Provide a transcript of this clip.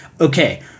okay